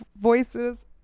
voices